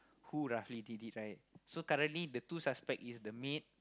who roughly did it right so currently the two suspect is the maid